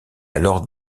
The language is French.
alors